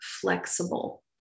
flexible